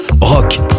Rock